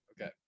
Okay